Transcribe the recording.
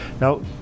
Now